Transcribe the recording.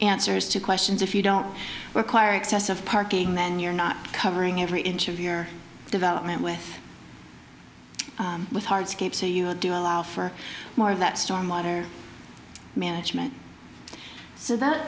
answers to questions if you don't require excessive parking then you're not covering every inch of your development with with hard scapes so you would do allow for more of that storm water management so that